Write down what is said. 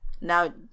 now